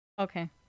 Okay